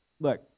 look